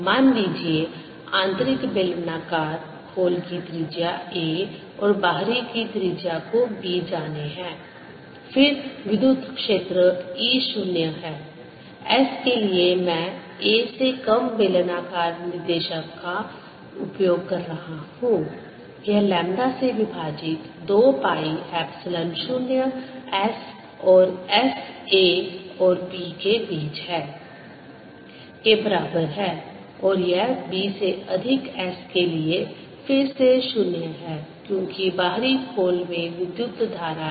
मान लीजिये आंतरिक बेलनाकार खोल की त्रिज्या a और बाहरी की त्रिज्या को b जाने है फिर विद्युत क्षेत्र E 0 है S के लिए मैं a से कम बेलनाकार निर्देशांक का उपयोग कर रहा हूँ यह लैम्ब्डा से विभाजित 2 पाई एप्सिलॉन 0 S और S a और b के बीच है के बराबर है और यह b से अधिक s के लिए फिर से 0 है क्योंकि बाहरी खोल में विद्युत धारा है